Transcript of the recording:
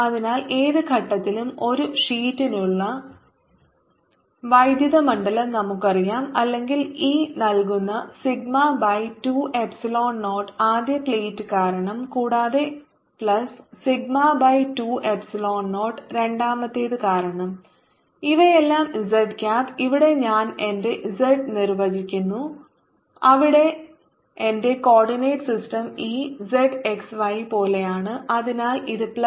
അതിനാൽ ഏത് ഘട്ടത്തിലും ഒരു ഷീറ്റിനുള്ള വൈദ്യുത മണ്ഡലം നമുക്കറിയാം അല്ലെങ്കിൽ ഇ നൽകുന്നത് സിഗ്മ ബൈ 2 എപ്സിലോൺ നോട്ട് ആദ്യ പ്ലേറ്റ് കാരണം കൂടാതെ plus sigma by 2 epsilon naught രണ്ടാമത്തേത് കാരണം ഇവയെല്ലാം z ക്യാപ് ഇവിടെ ഞാൻ എന്റെ z നിർവചിക്കുന്നു അവിടെ എന്റെ കോർഡിനേറ്റ് സിസ്റ്റം ഈ z x y പോലെയാണ് അതിനാൽ ഇത് പ്ലസ് z ദിശയിലേക്ക് പോകുന്നു